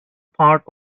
part